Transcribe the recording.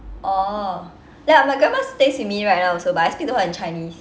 oh ya my grandma stays with me right now also but I speak to her in chinese